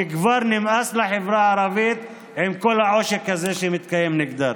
כי כבר נמאס לחברה הערבית עם כל העושק הזה שמתקיים נגדה.